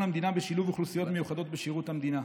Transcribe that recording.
המדינה בשילוב אוכלוסיות מיוחדות בשירות המדינה.